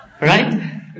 Right